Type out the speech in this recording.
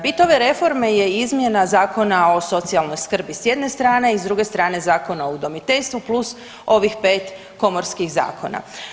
Bit ove reforme je izmjena Zakona o socijalnoj skrbi s jedne strane i s druge strane Zakona o udomiteljstvu plus ovih 5 komorskih zakona.